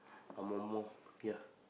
err more ya